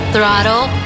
Throttle